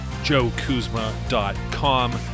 joekuzma.com